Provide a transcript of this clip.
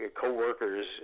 co-workers